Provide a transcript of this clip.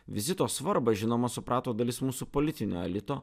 vizito svarbą žinoma suprato dalis mūsų politinio elito